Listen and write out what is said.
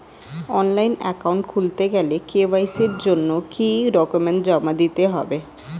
Online account খুলতে গেলে KYC জন্য কি কি ডকুমেন্ট জমা দিতে হবে?